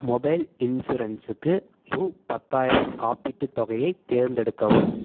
mobile இன்சூரன்ஸுக்கு ரூ பத்தாயிரம் காப்பீட்டுத் தொகையை தேர்ந்தெடுக்கவும்